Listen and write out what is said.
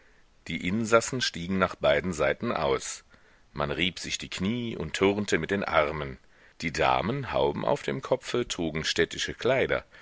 die insassen stiegen nach beiden seiten aus man rieb sich die knie und turnte mit den armen die damen hauben auf dem kopfe trugen städtische kleider